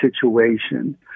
situation